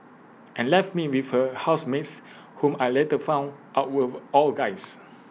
and left me with her housemates whom I later found out were all guys